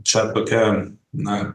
čia tokia na